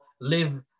live